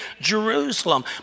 Jerusalem